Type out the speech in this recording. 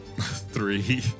Three